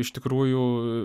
iš tikrųjų